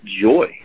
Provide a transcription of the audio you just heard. joy